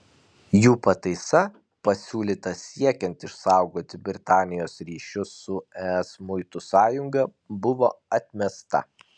jų pataisa pasiūlyta siekiant išsaugoti britanijos ryšius su es muitų sąjunga buvo atmesta